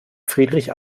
friedrich